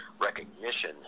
recognition